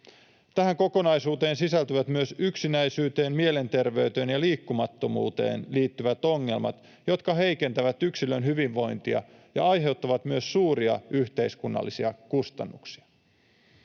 Tähän kokonaisuuteen sisältyvät myös yksinäisyyteen, mielenterveyteen ja liikkumattomuuteen liittyvät ongelmat, jotka heikentävät yksilön hyvinvointia ja aiheuttavat myös suuria yhteiskunnallisia kustannuksia.